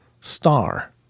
star